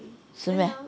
是 meh